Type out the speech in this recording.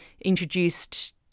introduced